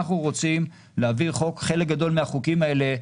אנחנו רוצים להעביר חוק, וחלק גדול מהחוקים האלה,